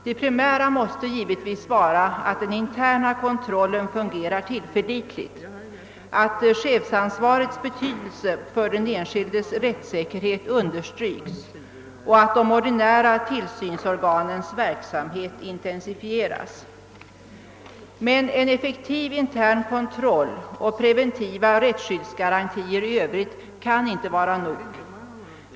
Det primära måste givetvis vara att den interna kontrollen fungerar tillförlitligt, att chefsansvarets betydelse för den enskildes rättssäkerhet understryks och att de ordinära tillsynsorganens verksamhet intensifieras. Men en effektiv intern kontroll och preventiva rättsskyddsgarantier i Övrigt kan inte vara nog.